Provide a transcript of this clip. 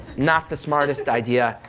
not the smartest idea,